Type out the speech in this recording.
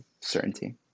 certainty